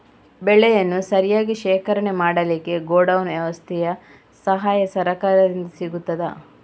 ಬೆಳೆಯನ್ನು ಸರಿಯಾಗಿ ಶೇಖರಣೆ ಮಾಡಲಿಕ್ಕೆ ಗೋಡೌನ್ ವ್ಯವಸ್ಥೆಯ ಸಹಾಯ ಸರಕಾರದಿಂದ ಸಿಗುತ್ತದಾ?